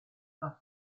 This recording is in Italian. alla